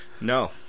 No